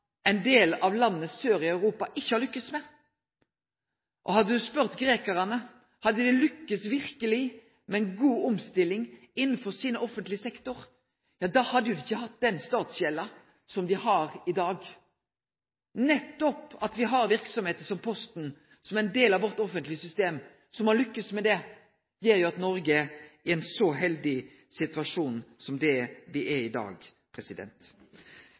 ein del av landa sør i Europa ikkje har lukkast med. Ein kunne ha spurt grekarane. Hadde dei verkeleg lukkast med ei god omstilling innanfor sin offentlege sektor, hadde dei ikkje hatt den statsgjelda som dei har i dag. Nettopp det at me har verksemder som Posten som del av vårt offentlege system som har lukkast her, gjer at Noreg er i ein så heldig situasjon som me er i i dag.